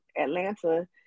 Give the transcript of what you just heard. Atlanta